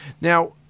now